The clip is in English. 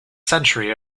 century